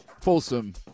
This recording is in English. Folsom